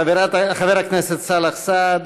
חבר הכנסת סאלח סעד,